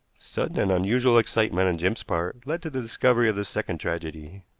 sudden and unusual excitement on jim's part led to the discovery of the second tragedy.